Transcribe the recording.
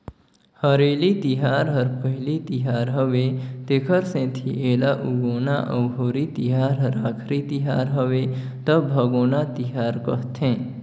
हरेली तिहार हर पहिली तिहार हवे तेखर सेंथी एला उगोना अउ होरी तिहार हर आखरी तिहर हवे त भागोना तिहार कहथें